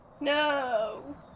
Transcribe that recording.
no